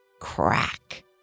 crack